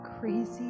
crazy